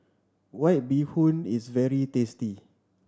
White Bee Hoon is very tasty